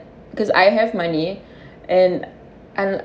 because I have money and and